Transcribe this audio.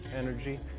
energy